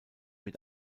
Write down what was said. mit